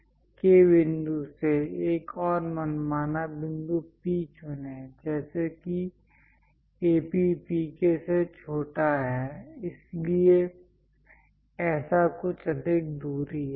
K बिंदु से एक और मनमाना बिंदु P चुनें जैसे कि AP PK से छोटा है इसलिए ऐसा कुछ अधिक दूरी है